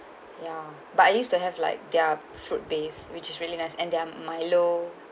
ya but I used to have like their fruit based which is really nice and their milo